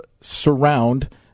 surround